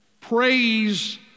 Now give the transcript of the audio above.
praise